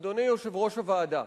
אדוני יושב-ראש הוועדה,